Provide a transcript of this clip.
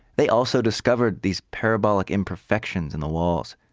they also discovered these parabolic imperfections in the walls.